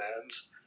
bands